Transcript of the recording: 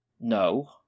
No